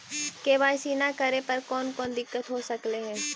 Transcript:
KYC न करे पर कौन कौन दिक्कत हो सकले हे?